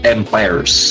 Empires